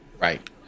Right